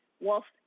whilst